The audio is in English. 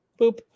Boop